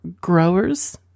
growers